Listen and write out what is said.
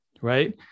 right